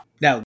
Now